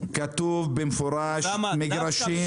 כתוב במפורש מגרשים --- אוסאמה,